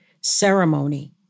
ceremony